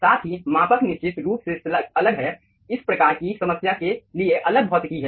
साथ ही मापक निश्चित रूप से अलग हैं इस प्रकार की समस्या के लिए अलग भौतिकी है